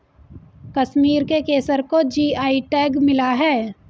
कश्मीर के केसर को जी.आई टैग मिला है